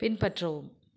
பின்பற்றவும்